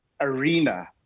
arena